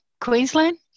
Queensland